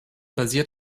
basiert